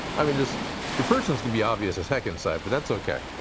i mean, just the person's gonna be obvious as heck inside. but that's okay